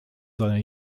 seiner